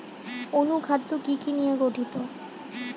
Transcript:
অনুখাদ্য কি কি নিয়ে গঠিত?